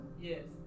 Yes